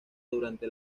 durante